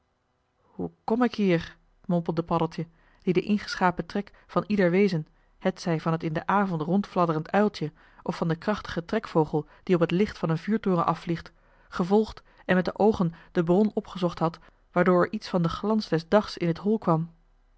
hoe kom ik hier mompelde paddeltje die den ingeschapen trek van ieder wezen hetzij van het in den avond rondfladderend uiltje of van den krachtigen trekvogel die op het licht van een vuurtoren afvliegt gevolgd en met de oogen de bron opgezocht had waardoor er iets van den glans des daags in dit hol kwam